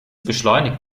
beschleunigt